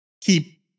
keep